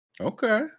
Okay